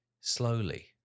slowly